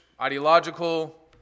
ideological